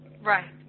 Right